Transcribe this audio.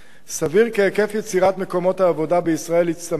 סביר כי היקף יצירת מקומות העבודה בישראל יצטמצם